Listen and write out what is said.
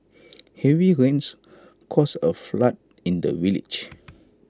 heavy rains caused A flood in the village